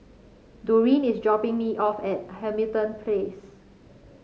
Doreen is dropping me off at Hamilton Place